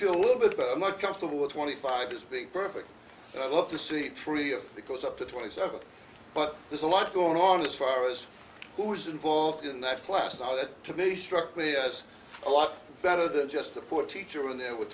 feel a little bit but i'm not comfortable with twenty five as big perfect and i love to see three of the course up to twenty seven but there's a lot going on as far as who's involved in that class now that to me struck me as a lot better than just to put a teacher in there with